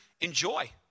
enjoy